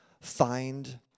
find